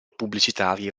pubblicitari